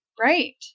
Right